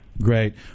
Great